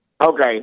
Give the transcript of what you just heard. Okay